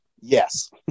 yes